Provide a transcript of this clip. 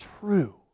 true